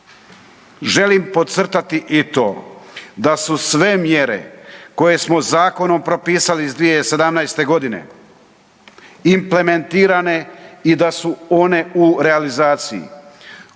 Želim podcrtati i to da su sve mjere koje smo zakonom propisali iz 2017. g. implementirane i da su one u realizaciji.